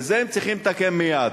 ואת זה הם צריכים לתקן מייד.